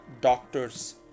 doctors